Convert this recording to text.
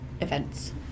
events